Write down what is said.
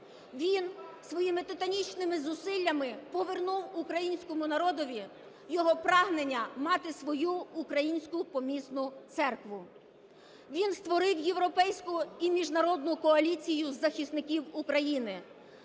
Він своїми титанічними зусиллями повернув українському народові його прагнення мати свою Українську помісну церкву. Він створив європейську і міжнародну коаліцію захисників України,